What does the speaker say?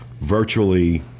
virtually